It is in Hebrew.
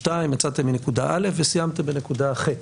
שניים יצאתם מנקודה א' וסיימתם בנקודה ח',